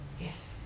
Yes